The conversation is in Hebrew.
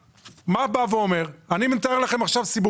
אני מתאר לכם עכשיו מה קורה.